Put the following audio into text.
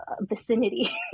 vicinity